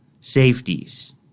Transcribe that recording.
safeties